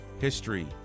history